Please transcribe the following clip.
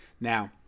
Now